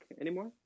anymore